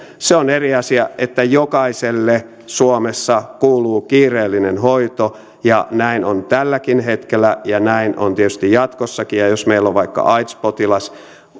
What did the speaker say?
se on eri asia että jokaiselle suomessa kuuluu kiireellinen hoito ja näin on tälläkin hetkellä ja näin on tietysti jatkossakin jos meillä on vaikka aids potilas ja